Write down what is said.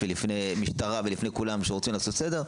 ולפני כולם שרוצים לעשות סדר,